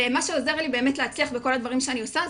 ומה שעוזר לי באמת להצליח בכל הדברים שאני עושה,